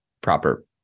proper